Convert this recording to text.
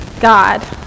God